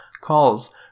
calls